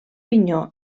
pinyó